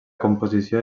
composició